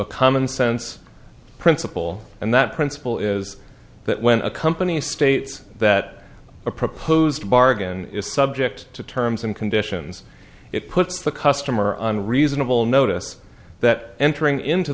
a commonsense principle and that principle is that when a company states that a proposed bargain is subject to terms and conditions it puts the customer on reasonable notice that entering into